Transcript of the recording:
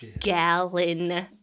gallon